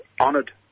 honoured